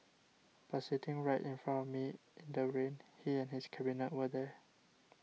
but sitting right in front of me in the rain he and his cabinet were there